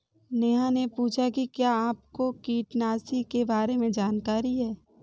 नेहा ने पूछा कि क्या आपको कीटनाशी के बारे में जानकारी है?